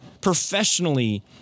professionally